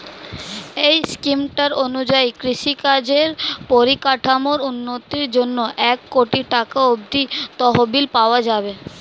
এই স্কিমটার অনুযায়ী কৃষিকাজের পরিকাঠামোর উন্নতির জন্যে এক কোটি টাকা অব্দি তহবিল পাওয়া যাবে